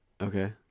Okay